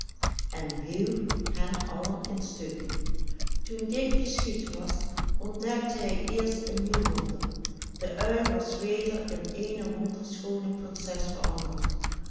en hieuw hen allen in stukken toen dit geschied was ontdekte hij eerst een nieuw wonder de uil was weder in eene wonderschoone prinses veranderd